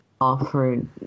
offered